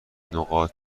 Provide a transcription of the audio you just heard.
نقاط